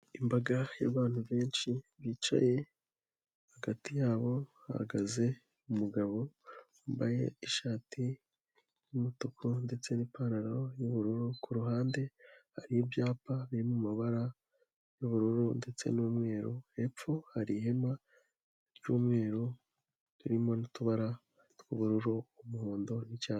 Imbaga y'abantu benshi bicaye, hagati yabo hagaze umugabo, wambaye ishati y'umutuku ndetse n'ipantaro y'ubururu, ku ruhande hari ibyapa biri mu mabara y'ubururu ndetse n'umweru, hepfo hari ihema ry'umweru, ririmo n'utubara tw'ubururu, umuhondo n'icyatsi.